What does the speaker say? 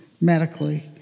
medically